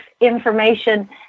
information